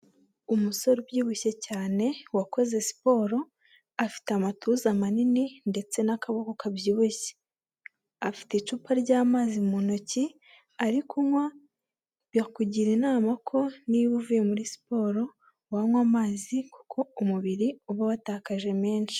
Umusore ubyibushye cyane wakoze siporo afite amatuza manini ndetse n'akaboko kabyibushye, afite icupa ry'amazi mu ntoki ari kunywa bakugira inama ko niba uvuye muri siporo wanywa amazi kuko umubiri uba watakaje menshi.